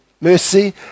mercy